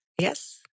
Yes